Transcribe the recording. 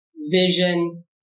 vision